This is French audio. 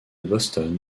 boston